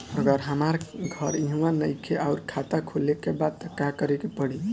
अगर हमार घर इहवा नईखे आउर खाता खोले के बा त का करे के पड़ी?